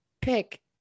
pick